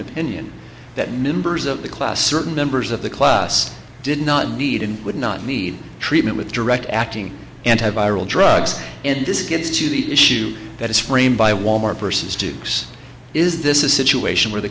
opinion that members of the class certain members of the class did not need and would not need treatment with direct acting anti viral drugs and this gets to the issue that is framed by wal mart versus duke's is this a situation where the